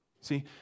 See